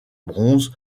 bronze